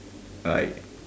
I